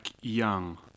Young